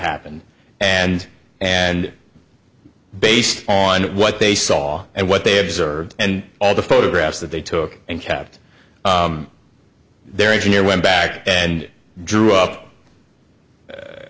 happened and and based on what they saw and what they observed and all the photographs that they took and kept their engineer went back and drew up